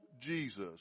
Jesus